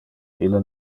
ille